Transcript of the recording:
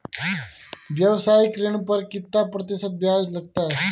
व्यावसायिक ऋण पर कितना प्रतिशत ब्याज लगता है?